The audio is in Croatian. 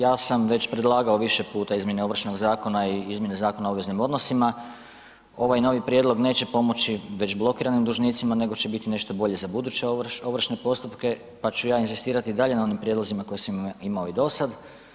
Ja sam predlagao već više puta izmjene Ovršnog zakona i izmjene Zakona o obveznim odnosima, ovaj novi prijedlog neće pomoći već blokiranim dužnicima nego će biti nešto bolje za buduće ovršne postupke pa ću ja inzistirati i dalje na onim prijedlozima koje sam imao i do sada.